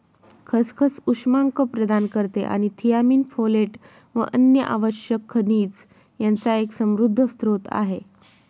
खसखस उष्मांक प्रदान करते आणि थियामीन, फोलेट व अन्य आवश्यक खनिज यांचा एक समृद्ध स्त्रोत आहे